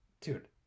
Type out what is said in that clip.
dude